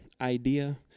idea